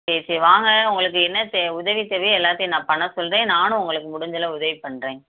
சரி சரி வாங்க உங்களுக்கு என்ன தே உதவி தேவையோ எல்லாத்தையும் நான் பண்ண சொல்கிறேன் நானும் உங்களுக்கு முடிஞ்சளவு உதவி பண்ணுறேன்